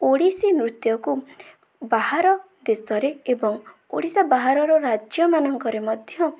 ଓଡ଼ିଶୀ ନୃତ୍ୟକୁ ବାହାର ଦେଶରେ ଏବଂ ଓଡ଼ିଶା ବାହାରର ରାଜ୍ୟମାନଙ୍କରେ ମଧ୍ୟ